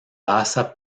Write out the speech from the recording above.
basa